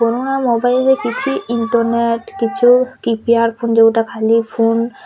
ପୁରୁଣା ମୋବାଇଲ୍ରେ କିଛି ଇଣ୍ଟର୍ନେଟ୍ କିଛି କିପ୍ୟାଡ଼୍ ଫୋନ୍ ଯୋଉଟା ଖାଲି ଫୋନ୍